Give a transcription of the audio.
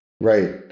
Right